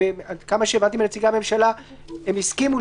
ועד כמה שהבנתי מנציגי הממשלה הם הסכימו,